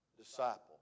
disciple